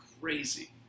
crazy